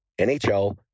NHL